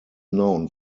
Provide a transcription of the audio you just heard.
known